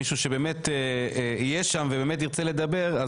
מישהו שבאמת יהיה שם ובאמת ירצה לדבר,